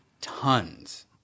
tons